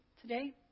today